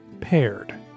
Paired